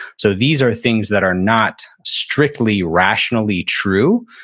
so these are things that are not strictly, rationally true,